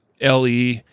LE